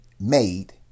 made